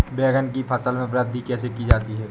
बैंगन की फसल में वृद्धि कैसे की जाती है?